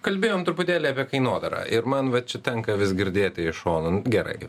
kalbėjom truputėlį apie kainodarą ir man va čia tenka vis girdėti į šon gerai